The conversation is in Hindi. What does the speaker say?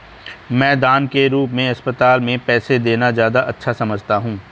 मैं दान के रूप में अस्पताल में पैसे देना ज्यादा अच्छा समझता हूँ